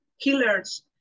killers